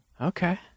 Okay